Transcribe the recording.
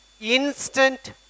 Instant